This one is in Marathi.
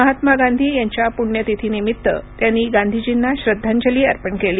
महात्मा गांधी यांच्या प्ण्यतिथीनिमित्त त्यांनी गांधीजींना श्रद्धांजली अर्पण केली